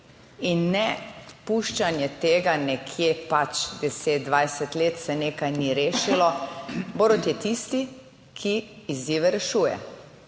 in ne puščanje, tega nekje pač 10, 20 let se nekaj ni rešilo. Borut je tisti, ki izzive rešuje,